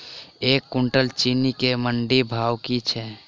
एक कुनटल चीनी केँ मंडी भाउ की छै?